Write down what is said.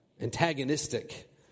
antagonistic